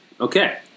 okay